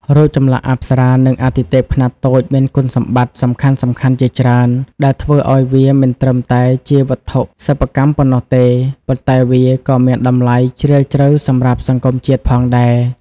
រូបចម្លាក់អប្សរា និងអាទិទេពខ្នាតតូចមានគុណសម្បត្តិសំខាន់ៗជាច្រើន ដែលធ្វើឱ្យវាមិនត្រឹមតែជាវត្ថុសិប្បកម្មប៉ុណ្ណោះទេ ប៉ុន្តែវាក៏មានតម្លៃជ្រាលជ្រៅសម្រាប់សង្គមជាតិផងដែរ។